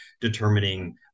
determining